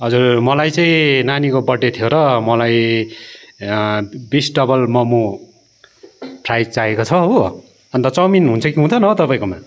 हजुर मलाई चाहिँ नानीको बर्थडे थियो र मलाई बिस डबल मोमो फ्राई चाहिएको छ हो अन्त चउमिन हुन्छ कि हुँदैन हौ तपाईँकोमा